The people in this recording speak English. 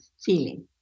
feeling